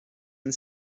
and